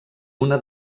una